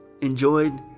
enjoyed